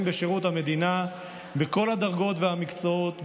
בשירות המדינה בכל הדרגות והמקצועות,